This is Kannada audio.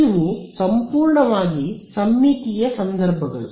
ಇವು ಸಂಪೂರ್ಣವಾಗಿ ಸಮ್ಮಿತೀಯ ಸಂದರ್ಭಗಳು